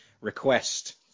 request